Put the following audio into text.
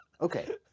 Okay